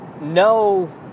no